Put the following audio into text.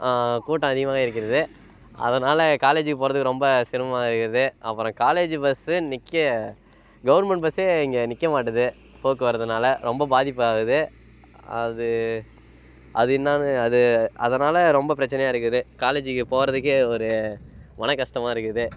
கூட்டம் அதிகமாக இருக்கிறது அதனால் காலேஜ்ஜுக்கு போகிறதுக்கு ரொம்ப சிரமமாக இருக்குது அப்புறம் காலேஜ்ஜு பஸ்ஸு நிற்க கவர்மெண்ட் பஸ்ஸே இங்கே நிற்க மாட்டேது போக்குவரத்துனால் ரொம்ப பாதிப்பு ஆகுது அது அது என்னென்னு அது அதனால் ரொம்ப பிரச்சினையா இருக்குது காலேஜ்ஜுக்கு போகிறதுக்கே ஒரு மனக்கஷ்டமா இருக்குது